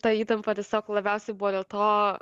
ta įtampa tiesiog labiausiai buvo dėl to